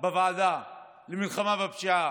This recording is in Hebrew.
בוועדה למלחמה בפשיעה.